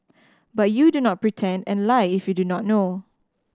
but you do not pretend and lie if you do not know